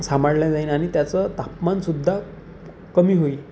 सांभाळल्या जाईल आणि त्याचं तापमानसुद्धा कमी होईल